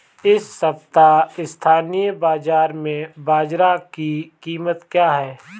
इस सप्ताह स्थानीय बाज़ार में बाजरा की कीमत क्या है?